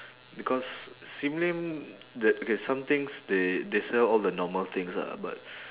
because sim lim the okay somethings they they sell all the normal things ah but